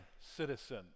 citizen